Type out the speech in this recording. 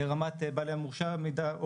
רמת בעלי מורשה המידע,